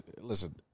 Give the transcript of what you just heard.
listen